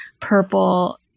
purple